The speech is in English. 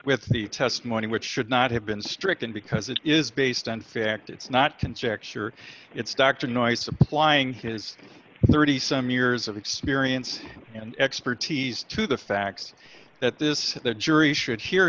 with the testimony which should not have been stricken because it is based on fact it's not contracture it's dr noice applying his thirty some years of experience and expertise to the facts that this the jury should hear